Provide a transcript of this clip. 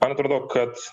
man atrodo kad